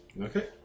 Okay